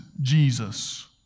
Jesus